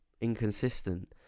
inconsistent